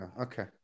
Okay